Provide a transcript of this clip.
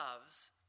loves